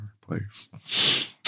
place